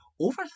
over